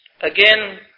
Again